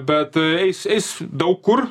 bet eis eis daug kur